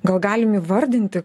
gal galim įvardinti